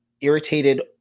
irritated